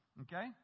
Okay